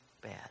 bad